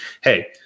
Hey